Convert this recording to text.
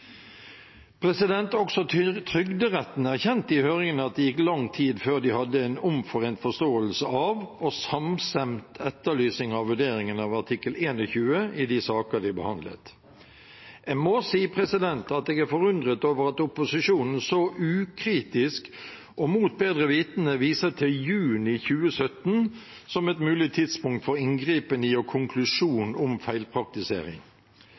Også Trygderetten erkjente i høringen at det gikk lang tid før de hadde en omforent forståelse av og samstemt etterlysning av vurderingen av artikkel 21 i de saker de behandlet. Jeg må si jeg er forundret over at opposisjonen så ukritisk og mot bedre vitende viser til juni 2017 som et mulig tidspunkt for inngripen i og